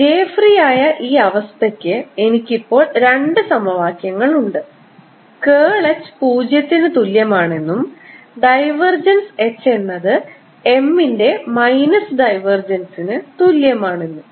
j free ആയ ഈ അവസ്ഥയ്ക്ക് എനിക്കിപ്പോൾ 2 സമവാക്യങ്ങൾ ഉണ്ട് curl H പൂജ്യത്തിനു തുല്യമാണെന്നും ഡൈവർജൻസ് H എന്നത് M ന്റെ മൈനസ് ഡൈവർജൻസിന് തുല്യമാണെന്നും